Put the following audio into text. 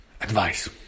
advice